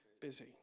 busy